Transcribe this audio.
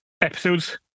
episodes